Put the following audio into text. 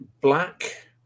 black